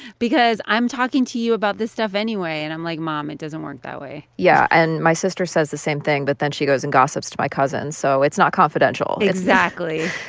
because i'm talking to you about this stuff anyway. and i'm like, mom, it doesn't work that way yeah. and my sister says the same thing, but then she goes and gossips to my cousin. so it's not confidential exactly,